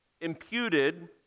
imputed